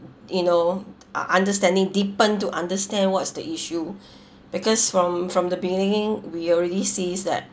you know ah understanding deepen to understand what's the issue because from from the beginning we already sees that